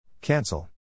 Cancel